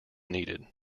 needed